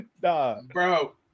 bro